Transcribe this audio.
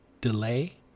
delay